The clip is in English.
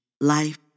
life